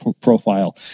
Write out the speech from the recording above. profile